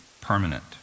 permanent